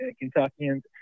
Kentuckians